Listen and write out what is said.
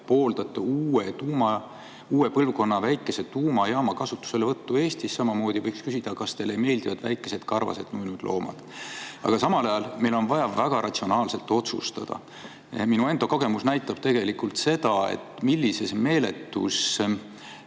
pooldate uue põlvkonna väikese tuumajaama kasutuselevõttu Eestis? Samamoodi võiks küsida, kas teile meeldivad väikesed karvased nunnud loomad. Aga samal ajal on meil vaja väga ratsionaalselt otsustada. Minu enda kogemus näitab seda, millises meeletus